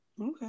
Okay